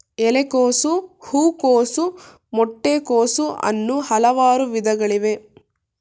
ಎಲೆಕೋಸು, ಹೂಕೋಸು, ಮೊಟ್ಟೆ ಕೋಸು, ಅನ್ನೂ ಹಲವಾರು ವಿಧಗಳಿವೆ